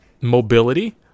mobility